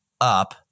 up